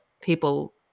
people